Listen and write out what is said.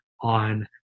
on